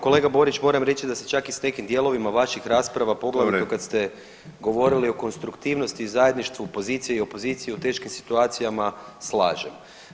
Kolega Borić, moram reći da se čak i s nekim dijelovima vaših rasprava poglavito kad ste govorili o konstruktivnosti i zajedništvu pozicije i opozicije u teškim situacijama, slažem.